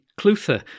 Clutha